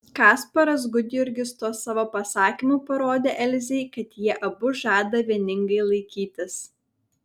kasparas gudjurgis tuo savo pasakymu parodė elzei kad jie abu žada vieningai laikytis